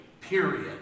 period